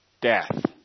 death